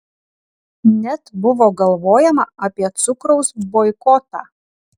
net buvo galvojama apie cukraus boikotą